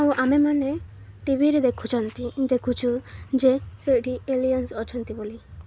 ଆଉ ଆମେମାନେ ଟିଭିରେ ଦେଖୁଛନ୍ତି ଦେଖୁଛୁ ଯେ ସେଇଠି ଏଲିଏନ୍ସ ଅଛନ୍ତି ବୋଲି